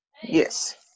Yes